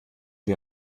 wir